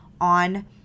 on